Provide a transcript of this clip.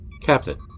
Captain